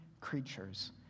creatures